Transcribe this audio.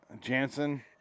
Jansen